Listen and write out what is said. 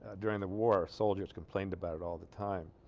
ah during the war soldiers complained about all the time